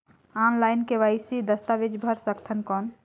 Online KYC दस्तावेज भर सकथन कौन?